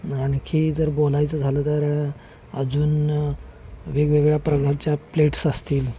आणखी जर बोलायचं झालं तर अजून वेगवेगळ्या प्रकारच्या प्लेट्स असतील